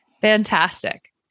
Fantastic